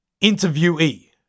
interviewee